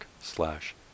slash